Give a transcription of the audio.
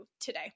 today